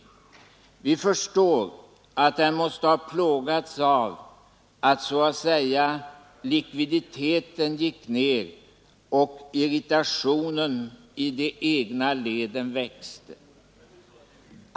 Vi förstår att den måste ha plågats av att så att säga likviditeten gick ner och irritationen i de egna leden växte.